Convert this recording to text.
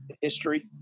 history